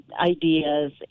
ideas